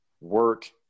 work